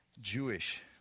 Jewish